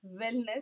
wellness